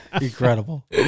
Incredible